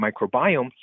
microbiome